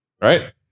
right